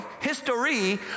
history